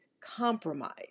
compromise